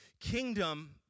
kingdom